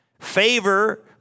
Favor